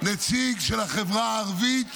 נציג של החברה הערבית